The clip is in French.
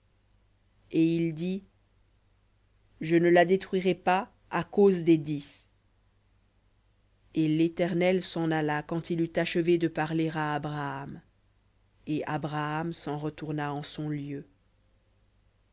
et il dit je ne la détruirai pas à cause des dix et l'éternel s'en alla quand il eut achevé de parler à abraham et abraham s'en retourna en son lieu